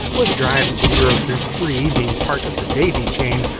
with drives zero through three being part of the daisy chain,